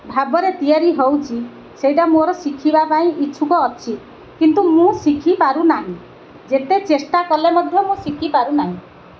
ଭାବରେ ତିଆରି ହେଉଛି ସେଇଟା ମୋର ଶିଖିବା ପାଇଁ ଇଚ୍ଛୁକ ଅଛି କିନ୍ତୁ ମୁଁ ଶିଖିପାରୁ ନାହିଁ ଯେତେ ଚେଷ୍ଟା କଲେ ମଧ୍ୟ ମୁଁ ଶିଖିପାରୁ ନାହିଁ